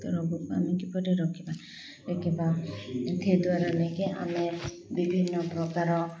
ରୋଗକୁ ଆମେ କିପରି ରୋକି ରୋକିବା ସେଦ୍ୱାରା ନେଇକି ଆମେ ବିଭିନ୍ନ ପ୍ରକାର